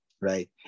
Right